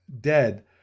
dead